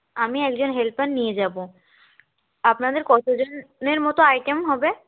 আমি একজন হেল্পার নিয়ে যাবো আপনাদের কতো জনের মতো আইটেম হবে